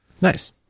Nice